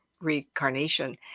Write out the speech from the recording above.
reincarnation